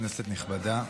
כנסת נכבדה,